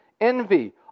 envy